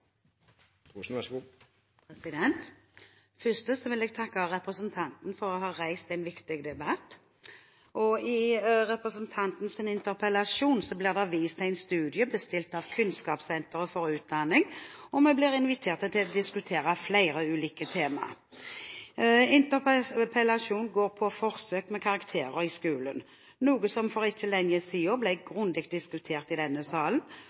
for å ha reist en viktig debatt. I representantens interpellasjon blir det vist til en studie bestilt av Kunnskapssenteret for utdanning, og vi blir invitert til å diskutere flere ulike tema. Interpellasjonen går på forsøk med karakterer i skolen, noe som for ikke lenge siden ble grundig diskutert i denne salen,